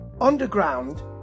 underground